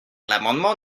l’amendement